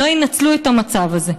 לא ינצלו את המצב הזה.